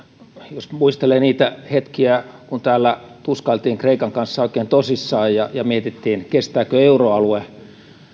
jos muistelee niitä hetkiä kun täällä tuskailtiin kreikan kanssa oikein tosissaan ja ja mietittiin kestääkö euroalue